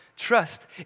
trust